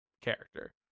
character